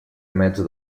mezza